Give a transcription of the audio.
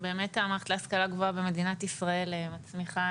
שבאמת המערכת להשכלה גבוהה במדינת ישראל מצמיחה